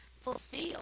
fulfill